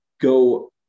go